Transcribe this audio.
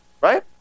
Right